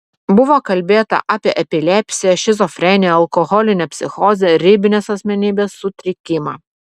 buvo kalbėta apie epilepsiją šizofreniją alkoholinę psichozę ribinės asmenybės sutrikimą